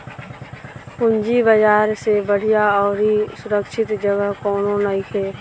पूंजी बाजार से बढ़िया अउरी सुरक्षित जगह कौनो नइखे